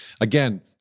Again